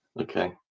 Okay